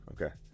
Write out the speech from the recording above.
Okay